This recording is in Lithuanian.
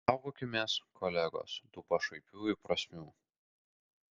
saugokimės kolegos tų pašaipiųjų prasmių